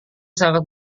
sangat